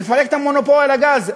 לפרק את המונופול על הגז,